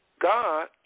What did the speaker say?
God